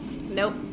nope